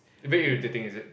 very irritating is it